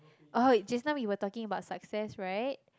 orh just now we were talking about success right